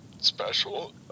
special